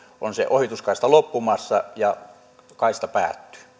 on se ohituskaista loppumassa ja kaista päättyy